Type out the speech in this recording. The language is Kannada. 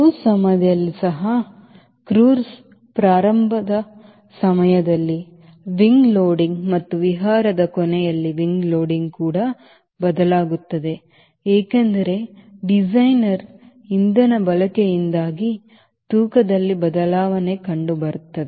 ಕ್ರೂಸ್ ಸಮಯದಲ್ಲಿ ಸಹ ಕ್ರೂಸ್ ಪ್ರಾರಂಭದ ಸಮಯದಲ್ಲಿ wing loading ಮತ್ತು ವಿಹಾರದ ಕೊನೆಯಲ್ಲಿ wing loading ಕೂಡ ಬದಲಾಗುತ್ತದೆ ಏಕೆಂದರೆ ಡಿಸೈನರ್ ಇಂಧನ ಬಳಕೆಯಿಂದಾಗಿ ತೂಕದಲ್ಲಿ ಬದಲಾವಣೆ ಕಂಡುಬರುತ್ತದೆ